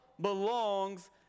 belongs